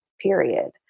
period